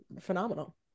phenomenal